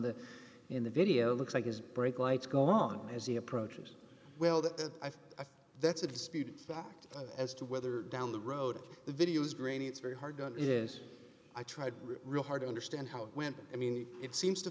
the in the video looks like his brake lights go on as he approaches well that i think that's a disputed fact as to whether down the road the video is grainy it's very hard it is i tried real hard to understand how it went i mean it seems to